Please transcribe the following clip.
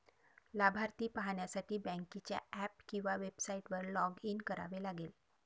लाभार्थी पाहण्यासाठी बँकेच्या ऍप किंवा वेबसाइटवर लॉग इन करावे लागेल